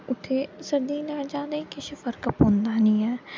उत्थै सर्दी च लाइट जा ते किश फर्क पौंदा निं ऐ